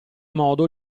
modo